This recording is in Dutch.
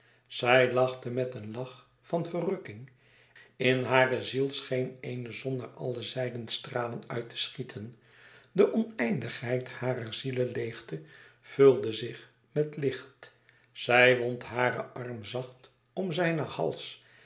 zij lachte met een lach van verrukking in hare ziel scheen eene louis couperus extaze een boek van geluk zon naar alle zijden stralen uit te schieten de oneindigheid harer zieleleêgte vulde zich met licht zij wond haren arm zacht om zijnen hals